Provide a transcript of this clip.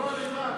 בתמורה למה?